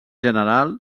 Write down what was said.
general